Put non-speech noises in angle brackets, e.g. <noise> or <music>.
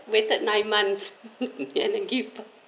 waited nine months <laughs> and give birth